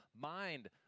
mind